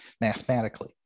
mathematically